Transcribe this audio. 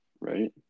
right